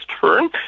turn